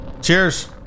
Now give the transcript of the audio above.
Cheers